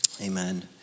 Amen